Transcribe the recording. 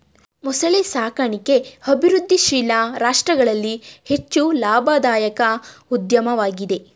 ಮೊಸಳೆ ಸಾಕಣಿಕೆ ಅಭಿವೃದ್ಧಿಶೀಲ ರಾಷ್ಟ್ರಗಳಲ್ಲಿ ಹೆಚ್ಚು ಲಾಭದಾಯಕ ಉದ್ಯಮವಾಗಿದೆ